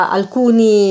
alcuni